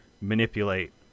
manipulate